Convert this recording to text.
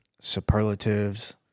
superlatives